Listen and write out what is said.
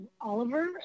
Oliver